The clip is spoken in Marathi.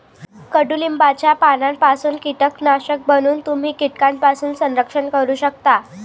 कडुलिंबाच्या पानांपासून कीटकनाशक बनवून तुम्ही कीटकांपासून संरक्षण करू शकता